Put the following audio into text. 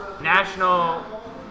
National